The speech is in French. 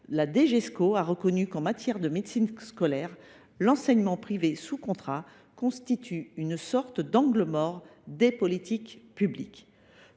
(Dgesco) a reconnu qu’en matière de médecine scolaire l’enseignement privé sous contrat constituait une sorte d’« angle mort des politiques publiques